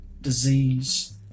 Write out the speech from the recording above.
disease